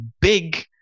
big